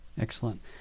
Excellent